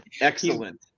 excellent